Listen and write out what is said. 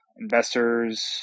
investors